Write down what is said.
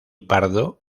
pardo